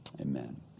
amen